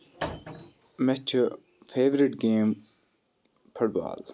مےٚ چھُ favourite game foot بال